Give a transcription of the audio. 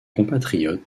compatriote